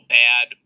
bad